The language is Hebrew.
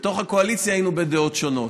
בתוך הקואליציה היינו בדעות שונות,